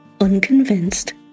unconvinced